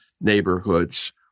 neighborhoods